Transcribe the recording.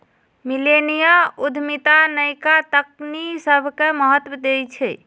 मिलेनिया उद्यमिता नयका तकनी सभके महत्व देइ छइ